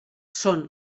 són